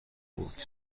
بود